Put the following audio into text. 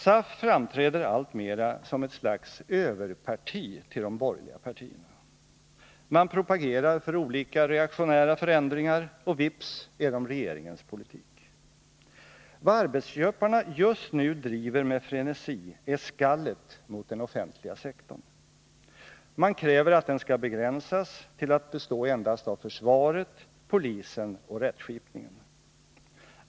SAF framträder alltmera som ett slags överparti till de borgerliga partierna. Man propagerar för olika reaktionära förändringar och vips är de regeringens politik. Vad arbetsköparna just nu driver med frenesi är skallet mot den offentliga sektorn. Man kräver att den skall begränsas till att bestå endast av försvaret, polisen och rättskipningen.